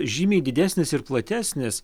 žymiai didesnis ir platesnis